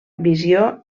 visió